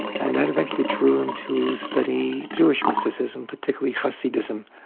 and that eventually drew him to study jewish mysticism, particularly hasidism.